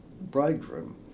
Bridegroom